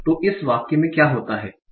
तो इस वाक्य में क्या होता है